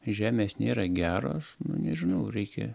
žemės nėra geros nu nežinau reikia